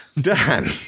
Dan